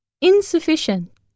Insufficient